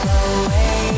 away